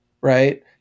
right